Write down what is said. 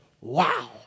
wow